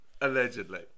allegedly